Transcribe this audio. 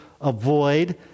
avoid